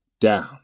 down